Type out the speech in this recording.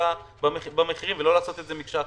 יש פה דבר שהוא בלתי מתקבל על הדעת,